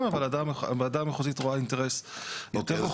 אבל הוועדה המחוזית רואה אינטרס יותר רוחבי.